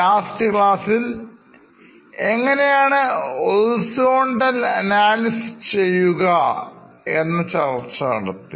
Last ക്ലാസ്സിൽഎങ്ങനെയാണ് horizontal analysis ചെയ്യുക എന്ന ചർച്ചനടത്തി